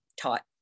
taught